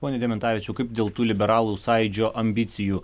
pone dementavičiau kaip dėl tų liberalų sąjūdžio ambicijų